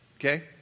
okay